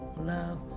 love